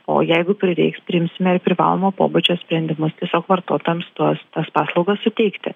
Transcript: o jeigu prireiks priimsime ir privalomo pobūdžio sprendimus tiesiog vartotojams tuos tas paslaugas suteikti